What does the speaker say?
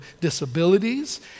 disabilities